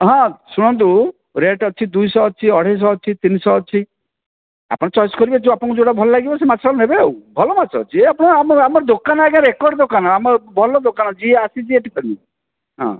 ହଁ ଶୁଣନ୍ତୁ ରେଟ୍ ଅଛି ଦୁଇ ଶହ ଅଛି ଅଢ଼େଇଶ ଅଛି ତିନି ଶହ ଅଛି ଆପଣ ଚଏସ କରିବେ ଆପଣଙ୍କୁ ଯେଉଁଟା ଭଲ ଲାଗିବ ସେ ମାଛ ନେବେ ଆଉ ଭଲ ମାଛ ଯେ ଆମ ଦୋକାନ ଆଜ୍ଞା ରେକର୍ଡ଼ ଦୋକାନ ଆମର ଭଲ ଦୋକାନ ଯିଏ ଆସିଛି ଏଠି ହଁ